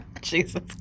Jesus